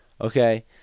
Okay